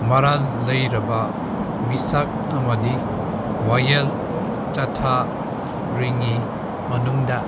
ꯃꯔꯥꯜ ꯂꯩꯔꯕ ꯃꯤꯁꯛ ꯑꯃꯗꯤ ꯋꯥꯌꯦꯜ ꯆꯠꯊꯔꯤꯉꯩ ꯃꯅꯨꯡꯗ